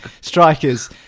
strikers